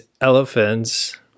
elephants